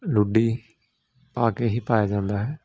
ਲੂਡੀ ਪਾ ਕੇ ਹੀ ਪਾਇਆ ਜਾਂਦਾ ਹੈ